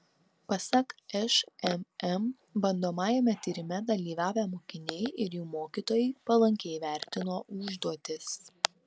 pasak šmm bandomajame tyrime dalyvavę mokiniai ir jų mokytojai palankiai vertino užduotis